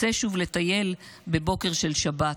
// עוד נצא שוב לטייל בבוקר של שבת,